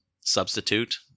substitute